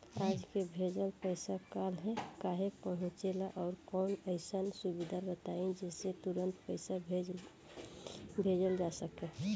आज के भेजल पैसा कालहे काहे पहुचेला और कौनों अइसन सुविधा बताई जेसे तुरंते पैसा भेजल जा सके?